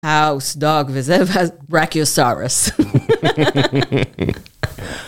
האוס דאג וזאב רקיוסרוס